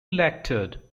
elected